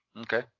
Okay